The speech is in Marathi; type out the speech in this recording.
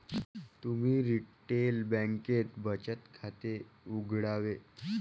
तुम्ही रिटेल बँकेत बचत खाते उघडावे